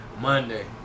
Monday